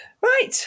right